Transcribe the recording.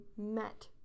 met